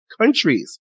countries